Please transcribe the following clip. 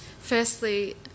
Firstly